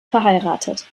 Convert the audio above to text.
verheiratet